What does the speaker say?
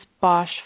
Bosch